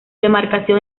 demarcación